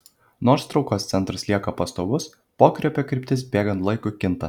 nors traukos centras lieka pastovus pokrypio kryptis bėgant laikui kinta